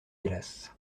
hélas